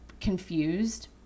confused